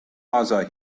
mother